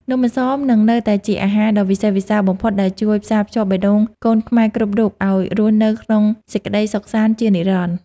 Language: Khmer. នំអន្សមនឹងនៅតែជាអាហារដ៏វិសេសវិសាលបំផុតដែលជួយផ្សារភ្ជាប់បេះដូងកូនខ្មែរគ្រប់រូបឱ្យរស់នៅក្នុងសេចក្ដីសុខសាន្តជានិរន្តរ៍។